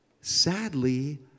Sadly